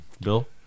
Bill